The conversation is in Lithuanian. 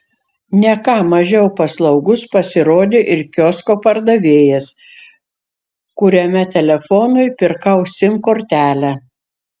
ne ką mažiau paslaugus pasirodė ir kiosko pardavėjas kuriame telefonui pirkau sim kortelę